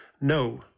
no